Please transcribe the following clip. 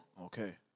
Okay